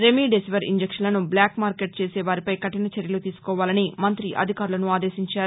remdesivir ఇంజెక్షప్లను black market చేసే వారిపై కఠిన చర్యలు తీసుకోవాలని మంతి అధికారులను ఆదేశించారు